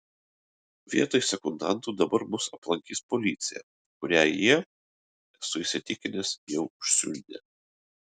vietoj sekundantų dabar mus aplankys policija kurią jie esu įsitikinęs jau užsiundė